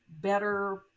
better